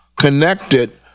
connected